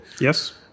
Yes